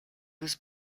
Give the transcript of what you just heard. was